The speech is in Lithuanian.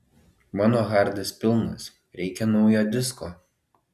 mano hardas pilnas reikia naujo disko